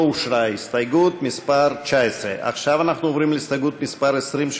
לא אושרה הסתייגות מס' 19. עכשיו אנחנו עוברים להסתייגות מס' 20,